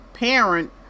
parent